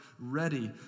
ready